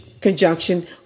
conjunction